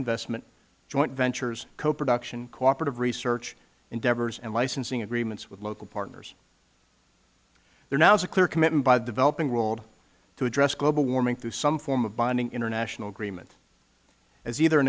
investment joint ventures co production cooperative research endeavors and licensing agreements with local partners there now is a clear commitment by the developing world to address global warming through some form of binding international agreement as either